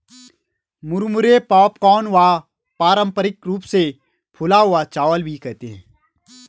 मुरमुरे पॉपकॉर्न व पारम्परिक रूप से फूला हुआ चावल भी कहते है